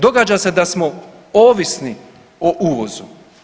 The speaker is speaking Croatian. Događa se da smo ovisno o uvozu.